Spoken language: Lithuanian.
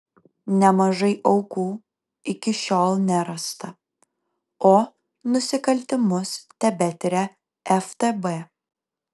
nemažai aukų iki šiol nerasta o nusikaltimus tebetiria ftb